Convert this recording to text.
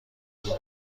دنیا